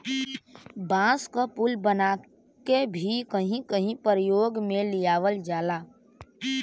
बांस क पुल बनाके भी कहीं कहीं परयोग में लियावल जाला